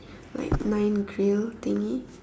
like nine grill thingy